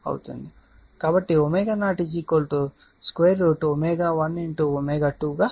కాబట్టి ω0 ⍵1⍵2 గా ఉంటుంది